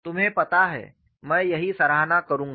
तुम्हें पता है मैं यही सराहना करूंगा